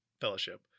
Fellowship